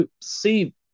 see